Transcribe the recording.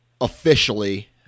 officially